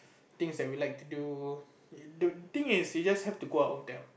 things that we like to do thing is you just have to go out with them